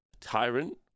Tyrant